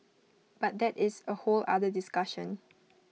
but that is A whole other discussion